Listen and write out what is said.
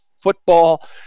football